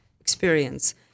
experience